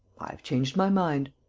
i have changed my mind.